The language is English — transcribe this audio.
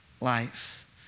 life